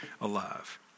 alive